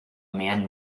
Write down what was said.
man